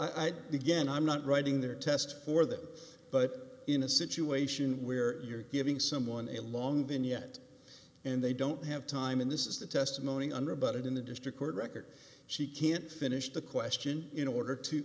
well i again i'm not writing their test for that but in a situation where you're giving someone a long vignette and they don't have time and this is the testimony under about it in the district court record she can't finish the question in order to